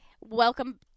Welcome